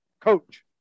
coach